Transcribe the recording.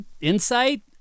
Insight